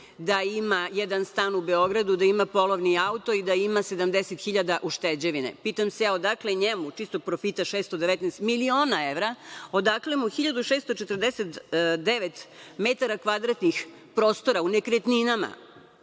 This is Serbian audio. da ima jedan stan u Beogradu, da ima polovni auto i da ima 70 hiljada ušteđevine. Pitam se ja odakle njemu čistog profita 619 miliona evra. Odakle mu 1.649 metara kvadratnih prostora u nekretninama